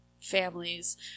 families